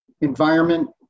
environment